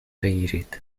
بگیرید